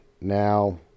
Now